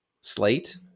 slate